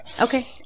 okay